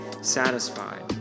satisfied